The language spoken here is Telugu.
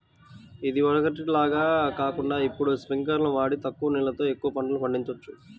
ఇదివరకటి లాగా కాకుండా ఇప్పుడు స్పింకర్లును వాడి తక్కువ నీళ్ళతో ఎక్కువ పంటలు పండిచొచ్చు